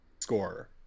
scorer